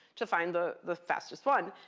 to find the the fastest one.